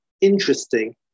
interesting